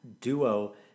duo